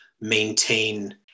maintain